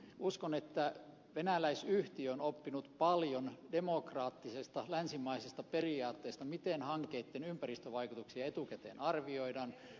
uskon että venäläisyhtiö on oppinut paljon demokraattisesta länsimaisesta periaatteesta miten hankkeitten ympäristövaikutuksia etukäteen arvioidaan